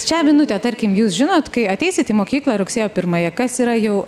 šią minutę tarkim jūs žinot kai ateisit į mokyklą rugsėjo pirmąją kas yra jau